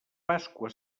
pasqua